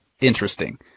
interesting